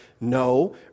No